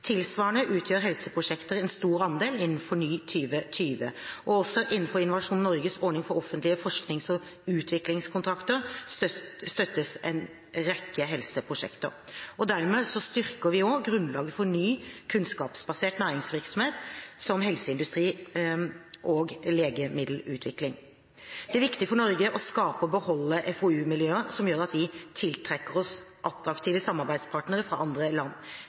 Tilsvarende utgjør helseprosjekter en stor andel, innenfor FORNY2020. Også innenfor Innovasjon Norges ordning for offentlige forsknings- og utviklingskontrakter støttes en rekke helseprosjekter. Dermed styrker vi også grunnlaget for ny kunnskapsbasert næringsvirksomhet, som helseindustri og legemiddelutvikling. Det er viktig for Norge å skape og beholde FoU-miljøer som gjør at vi tiltrekker oss attraktive samarbeidspartnere fra andre land.